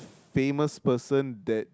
famous person that